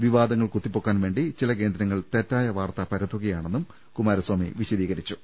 വിവാദങ്ങൾ കുത്തിപ്പൊക്കാൻവേണ്ടി ചില കേന്ദ്രങ്ങൾ തെറ്റായ വാർത്ത പരത്തുകയാണെന്നും കുമാരസാമി വിശദീകരിച്ചു